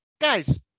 guys